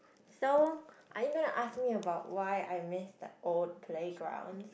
so are you gonna ask me about why I miss the old playgrounds